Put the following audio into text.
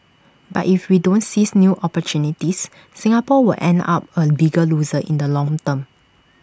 but if we don't seize new opportunities Singapore will end up A bigger loser in the long term